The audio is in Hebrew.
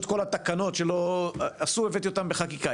כל התקנות שלא תיקנו והבאתי אותם בחקיקה.